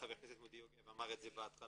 חבר הכנסת מוטי יוגב אמר בהתחלה